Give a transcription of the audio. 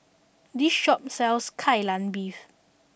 this shop sells Kai Lan Beef